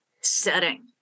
setting